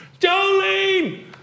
Jolene